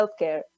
healthcare